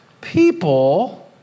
people